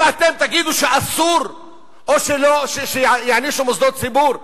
אם אתם תגידו שאסור או שיענישו מוסדות ציבור,